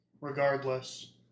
Regardless